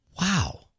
Wow